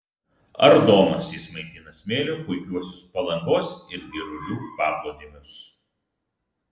ardomas jis maitina smėliu puikiuosius palangos ir girulių paplūdimius